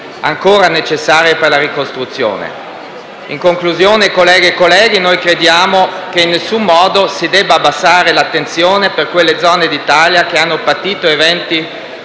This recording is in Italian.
ancora necessarie per la ricostruzione. In conclusione, colleghe e colleghi, crediamo che in nessun modo si debba abbassare l'attenzione per quelle zone d'Italia che hanno patito eventi